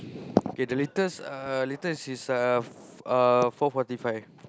the latest is uh latest is uh four forty five